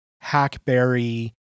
hackberry